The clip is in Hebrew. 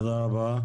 תודה רבה.